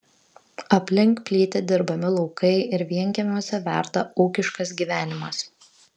aplink plyti dirbami laukai ir vienkiemiuose verda ūkiškas gyvenimas